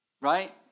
Right